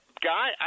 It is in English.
Guy